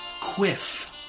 Quiff